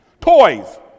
Toys